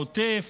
בעוטף